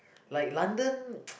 like London